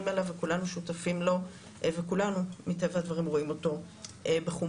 עליו וכולנו שותפים לו וכולנו מטבע הדברים רואים אותו בחומרה.